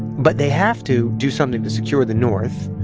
but they have to do something to secure the north.